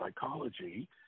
psychology